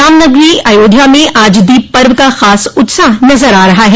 राम नगरी अयोध्या में आज दीप पर्व का ख़ास उत्साह नज़र आ रहा है